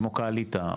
כמו Qualita,